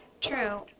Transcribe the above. True